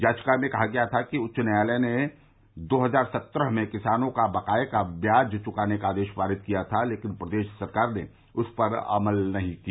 याचिका में कहा गया था कि उच्च न्यायालय ने दो हज़ार सत्रह में किसानों का बक़ाये का ब्याज चुकाने का आदेश पारित किया था लेकिन प्रदेश सरकार ने उस पर अमल नहीं किया